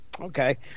Okay